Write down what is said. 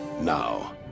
Now